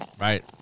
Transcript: Right